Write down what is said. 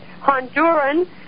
Honduran